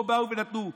פה באו ונתנו רשימה: